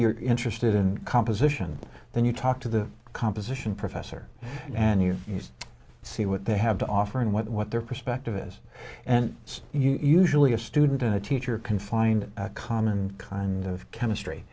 you're interested in composition then you talk to the composition professor and you just see what they have to offer and what their perspective is and it's usually a student in a teacher can find a common kind of chemistry